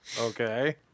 Okay